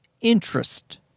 interest